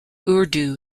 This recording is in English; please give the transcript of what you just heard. urdu